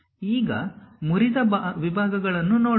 ಈಗ ಮುರಿದ ವಿಭಾಗಗಳನ್ನು ನೋಡೋಣ